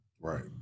Right